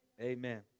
Amen